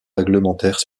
réglementaires